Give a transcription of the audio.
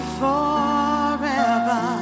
forever